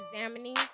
examining